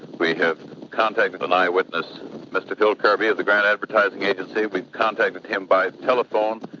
we have contacted an eye witness mr. phil kirby of the grand advertising agency. we've contacted him by telephone.